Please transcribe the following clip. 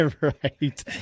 Right